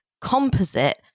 composite